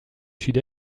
sud